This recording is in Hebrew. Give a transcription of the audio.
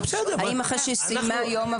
האם אחרי שהיא סיימה יום עבודה?